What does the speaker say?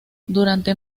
durante